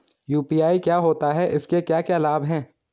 UPI क्या होता है इसके क्या क्या लाभ हैं?